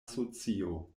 socio